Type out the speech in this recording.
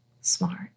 smart